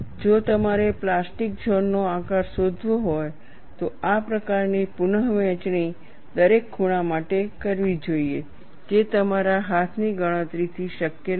જો તમારે plastic zone નો આકાર શોધવો હોય તો આ પ્રકારની પુનઃવહેંચણી દરેક ખૂણા માટે જોવી જોઈએ જે તમારા હાથની ગણતરીથી શક્ય નથી